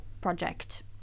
project